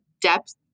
depth